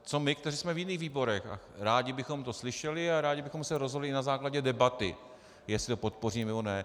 Co my, kteří jsme v jiných výborech a rádi bychom to slyšeli a rádi bychom se rozhodli na základě debaty, jestli to podpoříme, nebo ne?